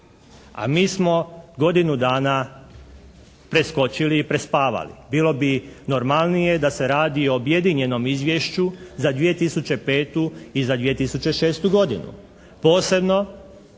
a mi smo godinu dana preskočili i prespavali. Bilo bi normalnije da se radi o objedinjenom izvješću za 2005. i za 2006. godinu. Posebno,